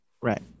right